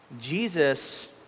Jesus